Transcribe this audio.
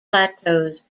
plateaus